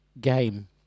game